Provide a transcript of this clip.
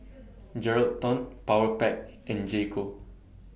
Geraldton Powerpac and J Co